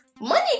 Money